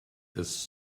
this